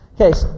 Okay